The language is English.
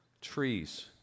trees